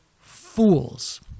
fools